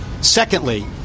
Secondly